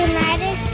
United